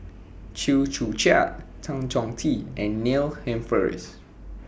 Chew Joo Chiat Tan Chong Tee and Neil Humphreys